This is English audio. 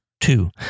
two